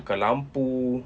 tukar lampu